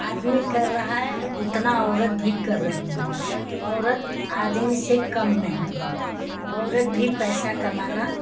आदमी कर रहा है उतना औरत भी कर रही हैं औरत आदमी से कम नहीं है औरत भी पैसा कमाना